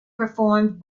performed